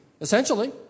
essentially